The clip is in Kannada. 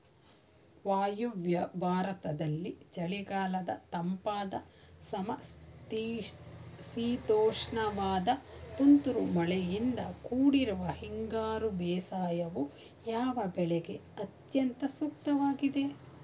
ವಾಯುವ್ಯ ಭಾರತದಲ್ಲಿ ಚಳಿಗಾಲದ ತಂಪಾದ ಸಮಶೀತೋಷ್ಣವಾದ ತುಂತುರು ಮಳೆಯಿಂದ ಕೂಡಿರುವ ಹಿಂಗಾರು ಬೇಸಾಯವು, ಯಾವ ಬೆಳೆಗೆ ಅತ್ಯಂತ ಸೂಕ್ತವಾಗಿದೆ?